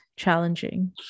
challenging